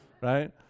right